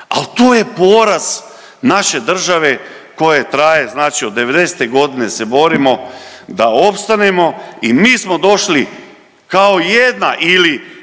Ali, to je poraz naše države koja traje znači od '90. g. se borimo da opstanemo i mi smo došli kao jedna ili